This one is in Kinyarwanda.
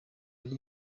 ari